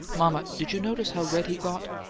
mama, did you notice how red he got?